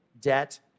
debt